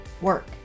work